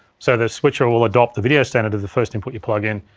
so the switcher will adopt the video standard of the first input you plug in.